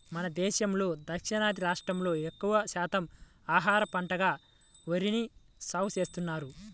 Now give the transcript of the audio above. మన దేశంలో దక్షిణాది రాష్ట్రాల్లో ఎక్కువ శాతం ఆహార పంటగా వరిని సాగుచేస్తున్నారు